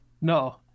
No